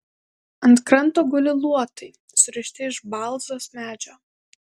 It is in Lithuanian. ant kranto guli luotai surišti iš balzos medžio